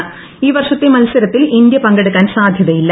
ഇപ്പ്പ്പ്ർഷത്തെ മത്സരത്തിൽ ഇന്ത്യ പങ്കെടുക്കാൻ സാധ്യത്യില്ല